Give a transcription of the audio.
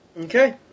Okay